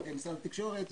משרד התקשורת.